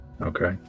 Okay